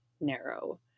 narrow